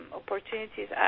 opportunities